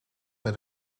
met